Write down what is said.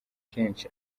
kenshi